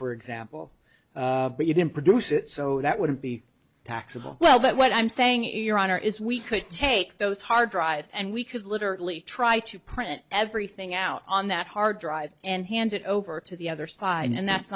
for example but you can produce it so that wouldn't be taxable well that what i'm saying in your honor is we could take those hard drives and we could literally try to print everything out on that hard drive and hand it over to the other side and that's